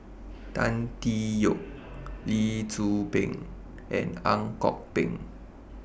Tan Tee Yoke Lee Tzu Pheng and Ang Kok Peng